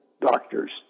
doctors